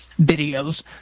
videos